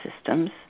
systems